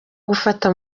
gufata